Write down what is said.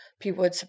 people